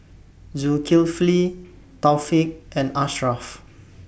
Zulkifli Taufik and Ashraf